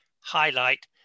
highlight